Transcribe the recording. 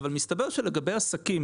אבל מסתבר שלגבי עסקים,